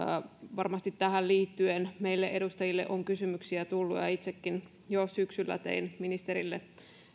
varmasti tähän liittyen meille edustajille on kysymyksiä tullut ja itsekin jo syksyllä tein ministerille